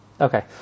Okay